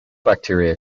bacteria